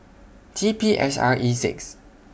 T P S R E six